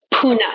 Puna